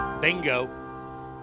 Bingo